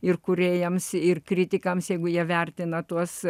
ir kūrėjams ir kritikams jeigu jie vertina tuos